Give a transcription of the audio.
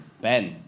Ben